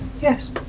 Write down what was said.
Yes